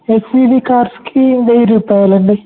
SUV కార్స్కి వెయ్య రూపాయలండి